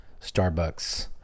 Starbucks